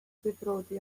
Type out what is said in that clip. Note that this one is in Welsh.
difrodi